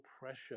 pressure